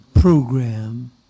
program